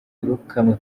birukanywe